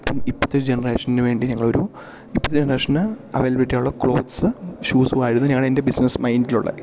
ഇപ്പം ഇപ്പത്തെ ഒരു ജനറേഷന് വേണ്ടി ഞങ്ങളൊരു ഇപ്പത്തെ ജനറേഷന് അവൈലബിലിറ്റിയുള്ള ക്ലോത്സ് ഷൂസുമായിരുന്നു ഞങ്ങളെൻ്റെ ബിസ്നസ് മൈൻഡിലുള്ള